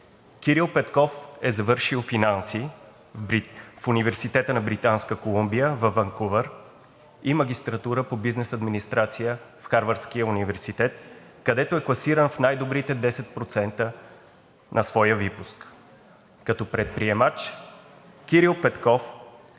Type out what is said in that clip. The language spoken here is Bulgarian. Кирил Петков е завършил „Финанси“ в Университета на Британска Колумбия във Ванкувър и магистратура по бизнес администрация в Харвардския университет, където е класиран в най-добрите 10% на своя випуск. Като предприемач Кирил Петков